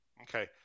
Okay